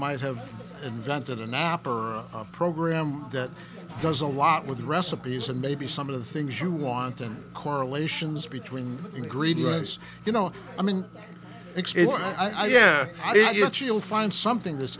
might have invented a nap or a program that does a lot with recipes and maybe some of the things you want and correlations between ingredients you know i mean i am yet you'll find something that's